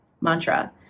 Mantra